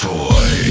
Toy